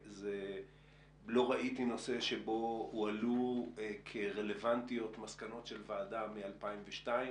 לא ראיתי נושא שבו הועלו כרלוונטיות מסקנות של ועדה מ-2002,